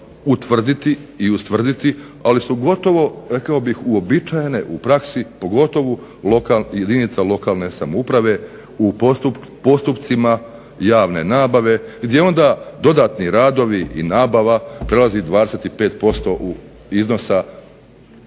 utvrditi i ustvrditi, ali su gotovo rekao bih uobičajene u praksi, pogotovo jedinica lokalne samouprave u postupcima javne nabave gdje onda dodatni radovi i nabava prelazi 25% iznosa